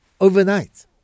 overnight